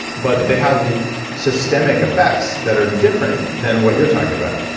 but they have systemic effects that are different than what you're talking about.